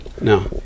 No